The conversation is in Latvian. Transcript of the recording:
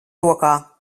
rokā